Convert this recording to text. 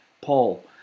Paul